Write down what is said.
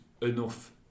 enough